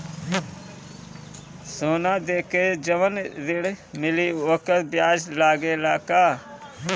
सोना देके जवन ऋण मिली वोकर ब्याज लगेला का?